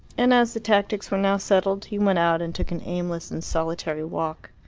and as the tactics were now settled, he went out and took an aimless and solitary walk.